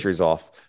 off